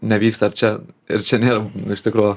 nevyksta čia ir čia nėra iš tikrųjų